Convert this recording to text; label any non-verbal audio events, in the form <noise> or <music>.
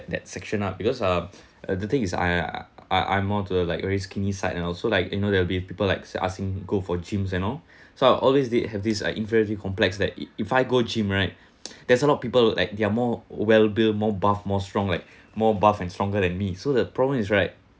that section ah because uh the thing is I I I'm more to the like very skinny side you know so like you know there will be people like ask him go for gyms and all <breath> so I always they have these like inherently complex that if I go gym right <noise> there's a lot of people like they are more well build more bulk more strong like more bulk and stronger than me so the problem is right